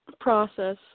process